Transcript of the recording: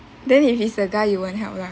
then if he's a guy you won't help lah